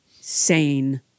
sane